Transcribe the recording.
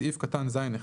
בסעיף קטן (ז)(1),